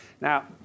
Now